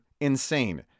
insane